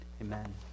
Amen